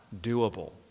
doable